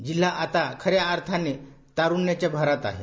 जिल्ह्या आता खऱ्या अर्थाने तारुण्याच्या भरात आहे